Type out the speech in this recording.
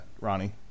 Ronnie